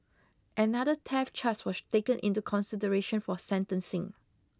another theft charge was taken into consideration for sentencing